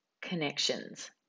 connections